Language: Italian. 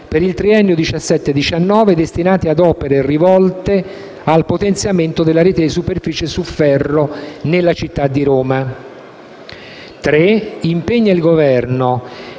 si impegna il Governo